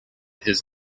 his